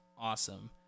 awesome